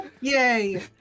yay